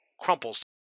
crumples